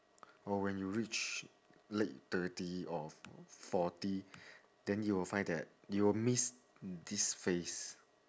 or when you reach late thirty or f~ forty then you'll find that you'll miss this face